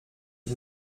die